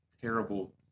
terrible